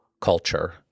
culture